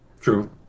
True